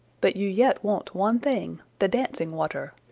but you yet want one thing the dancing-water.